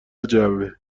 جعبه